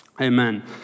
Amen